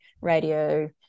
radio